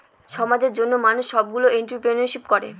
সমাজের জন্য মানুষ সবগুলো এন্ট্রপ্রেনিউরশিপ করে